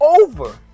over